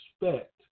respect